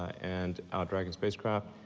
and our dragon spacecraft,